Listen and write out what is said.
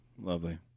Lovely